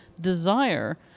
desire